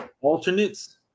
alternates